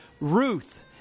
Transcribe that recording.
Ruth